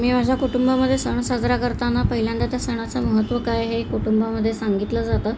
मी माझ्या कुटुंबामध्ये सण साजरा करताना पहिल्यांदा त्या सणाचं महत्त्व काय आहे हे कुटुंबामध्ये सांगितलं जातं